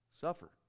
suffer